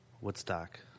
Woodstock